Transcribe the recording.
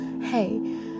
hey